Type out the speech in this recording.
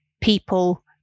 people